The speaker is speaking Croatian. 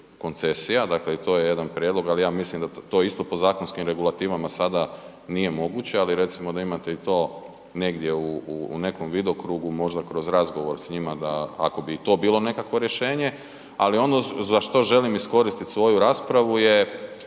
Dakle i to je jedan prijedlog ali ja mislim da to isto po zakonskom regulativama sada nije moguće ali recimo da imate i to negdje u nekom vidokrugu možda kroz razgovor s njima da ako bi i to bilo nekakvo rješenje, ali ono zašto želim iskoristit svoju raspravu je 1.